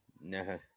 No